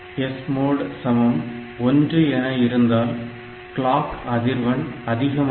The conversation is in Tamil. SMOD 1 என் இருந்தால் கிளாக் அதிர்வெண் அதிகமாக இருக்கும்